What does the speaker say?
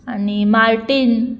आनी मार्टीन